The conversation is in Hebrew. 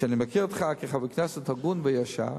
ואני מכיר אותך כחבר כנסת הגון וישר,